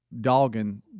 dogging